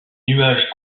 nuages